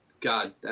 God